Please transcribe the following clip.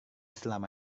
selama